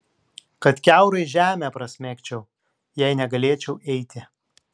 kad kiaurai žemę prasmegčiau jei negalėčiau eiti